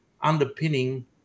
underpinning